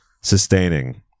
sustaining